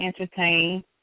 entertain